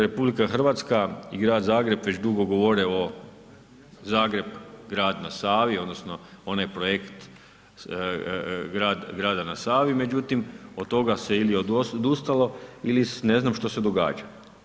RH i Grad Zagreb već dugo govore o Zagreb-grad na Savi, odnosno onaj projekt grada na Savi, međutim, od toga se ili odustalo ili, ne znam što se događa.